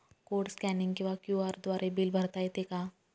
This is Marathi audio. कोड स्कॅनिंग किंवा क्यू.आर द्वारे बिल भरता येते का?